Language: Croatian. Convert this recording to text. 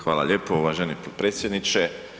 Hvala lijepo uvaženi potpredsjedniče.